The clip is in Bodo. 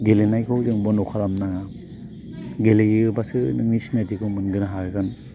गेलेनायखौ जों बन्द' खालामनो नाङा गेलेयोबासो नोंनि सिनायथिखौ मोननो हागोन